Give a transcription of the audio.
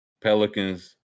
Pelicans